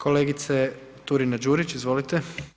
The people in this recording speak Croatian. Kolegice Turina-Đurić, izvolite.